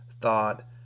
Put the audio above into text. thought